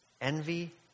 Envy